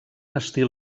estil